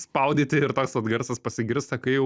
spaudyti ir toks vat garsas pasigirsta kai jau